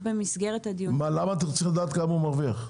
כמה הוא מרוויח?